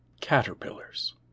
Caterpillars